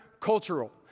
cultural